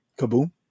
Kaboom